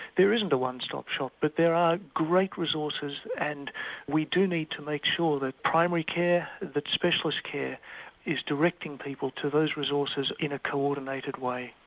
there isn't a one stop shop but there are great resources and we do need to make sure that primary care, that specialist care is directing people to those resources in a co-ordinated way.